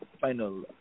final